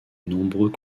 nombreux